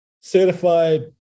Certified